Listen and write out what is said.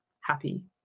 happy